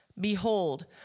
Behold